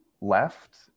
left